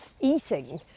eating